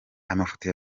amafoto